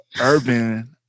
urban